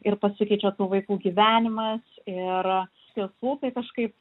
ir pasikeičia tų vaikų gyvenimas ir iš tiesų tai kažkaip